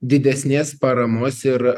didesnės paramos ir